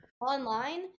online